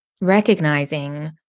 recognizing